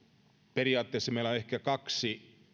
periaatteessa meillä on ehkä kaksi